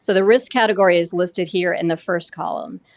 so the risk category is listed here in the first column.